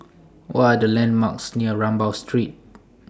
What Are The landmarks near Rambau Street